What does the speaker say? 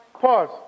Pause